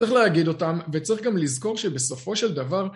צריך להגיד אותם, וצריך גם לזכור שבסופו של דבר...